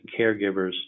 caregivers